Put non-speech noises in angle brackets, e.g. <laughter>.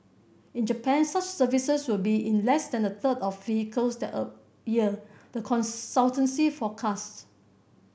in Japan such services will be in less than a third of vehicles that <unintelligible> year the consultancy forecasts